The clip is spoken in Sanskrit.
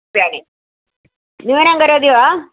न्यूनं करोति वा